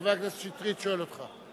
חבר הכנסת שטרית שואל אותך.